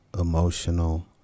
emotional